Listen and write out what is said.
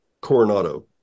Coronado